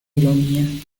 ironía